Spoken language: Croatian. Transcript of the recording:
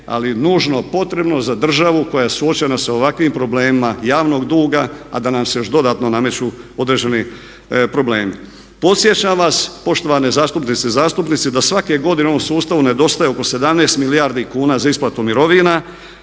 ali nužno potrebno za državu koja je suočena sa ovakvim problemima javnog duga a da nam se još dodatno nameću određeni problemi. Podsjećam vas poštovane zastupnice, zastupnici da svake godine u ovom sustavu nedostaje oko 17 milijardi kuna za isplatu mirovina